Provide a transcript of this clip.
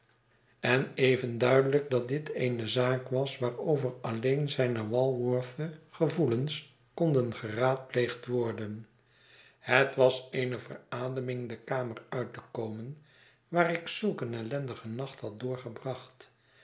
en even duidelijk dat dit eene zaak was waarover alleen zijne walworthsche gevoelens konden geraadpleegd worden het was eene verademing de kamer uitte komen waar ik zulk een ellendigen nacht had doorgebracht